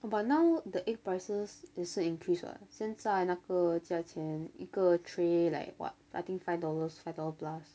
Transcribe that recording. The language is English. but now the egg prices 也是 increase [what] 现在那个价钱一个 tray like what I think five dollars five dollar plus